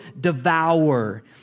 devour